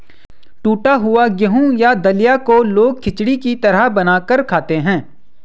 टुटा हुआ गेहूं या दलिया को लोग खिचड़ी की तरह बनाकर खाते है